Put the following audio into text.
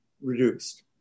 reduced